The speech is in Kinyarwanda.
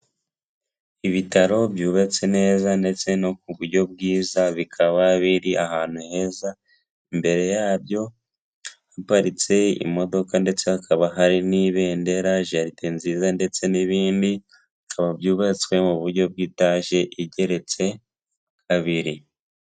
Ibitaro byubatse neza ndetse no ku buryo bwiza, bikaba biri ahantu heza, imbere yabyo haparitse imodoka ndetse hakaba hari n'ibendera, jaride nziza, ndetse n'ibindi, bikaba byubatswe mu buryo bw'etaje igeretse kabiri.